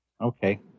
Okay